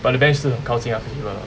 but the bench 是很靠近那个 cable ah